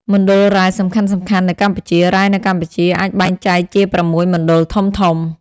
មណ្ឌលរ៉ែសំខាន់ៗនៅកម្ពុជា រ៉ែនៅកម្ពុជាអាចបែងចែកជា ៦ មណ្ឌលធំៗ។